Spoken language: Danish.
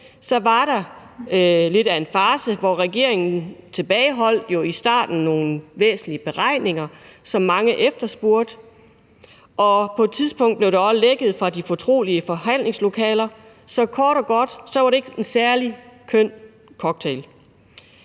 en farce i starten, hvor regeringen tilbageholdt nogle væsentlige beregninger, som mange efterspurgte, og på et tidspunkt blev der også lækket fra de fortrolige forhandlinger. Så kort og godt var det ikke en særlig køn cocktail.